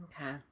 Okay